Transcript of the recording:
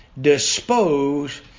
dispose